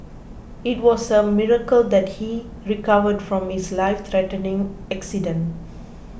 it was a miracle that he recovered from his lifethreatening accident